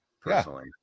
Personally